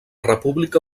república